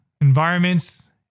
environments